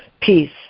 Peace